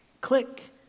click